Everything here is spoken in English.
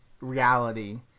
reality